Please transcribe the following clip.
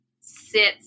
sits